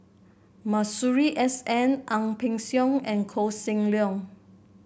Masuri S N Ang Peng Siong and Koh Seng Leong